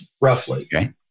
roughly